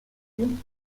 you